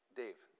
dave